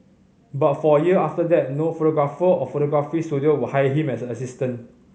but for a year after that no photographer or photography studio would hire him as an assistant